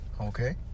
Okay